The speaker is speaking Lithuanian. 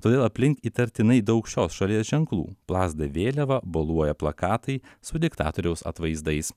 todėl aplink įtartinai daug šios šalies ženklų plazda vėliava boluoja plakatai su diktatoriaus atvaizdais